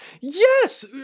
Yes